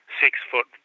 six-foot